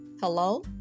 hello